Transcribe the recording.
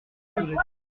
rois